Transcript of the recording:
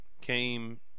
came